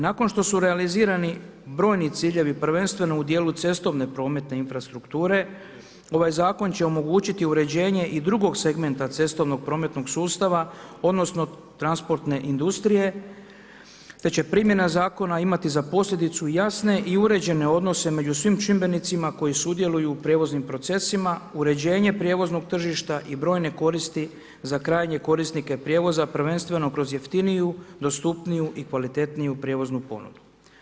Nakon što su realizirani brojni ciljevi, prvenstveno u dijelu cestovne prometne infrastrukture, ovaj Zakon će omogućiti uređenje i drugog segmenta cestovnog prometnog sustava, odnosno transportne industrije, te će primjena Zakona imati za posljedicu jasne i uređene odnose među svim čimbenicima koji sudjeluju u prijevoznim procesima, uređenje prijevoznog tržišta i brojne koristi za krajnje korisnike prijevoza, prvenstveno kroz jeftiniju, dostupniju i kvalitetniju prijevoznu ponudu.